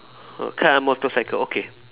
err car motorcycle okay